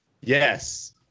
Yes